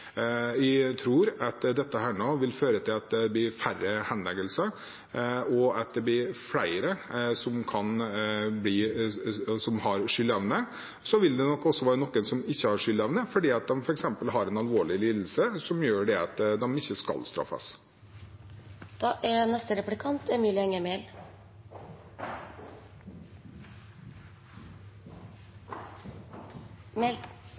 jeg har faktisk tro på at dette lovforslaget vil være mer treffsikkert enn gjeldende rett. Jeg tror at det vil føre til at det blir færre henleggelser, og at det blir flere som har skyldevne. Så vil det nok også være noen som ikke har skyldevne, fordi de f.eks. har en alvorlig lidelse som gjør at de ikke skal